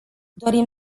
dorim